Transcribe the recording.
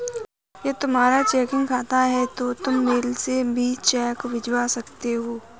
यदि तुम्हारा चेकिंग खाता है तो तुम मेल से भी चेक भिजवा सकते हो